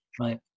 Right